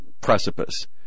precipice